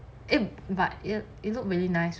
it but it it looks really nice